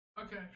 Okay